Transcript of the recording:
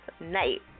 night